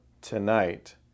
tonight